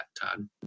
Todd